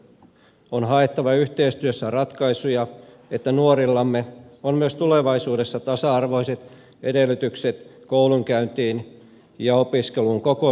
on haettava yhteistyössä ratkaisuja että nuorillamme on myös tulevaisuudessa tasa arvoiset edellytykset koulunkäyntiin ja opiskeluun koko suomessa